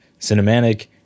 cinematic